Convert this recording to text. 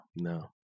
No